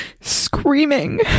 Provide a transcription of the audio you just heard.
screaming